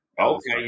Okay